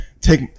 take